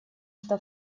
что